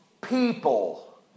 People